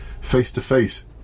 face-to-face